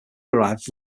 arrived